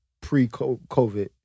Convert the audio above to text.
Pre-COVID